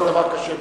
זה דבר קשה מאוד.